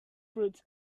fruit